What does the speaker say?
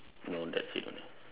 no that's it only